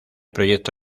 proyecto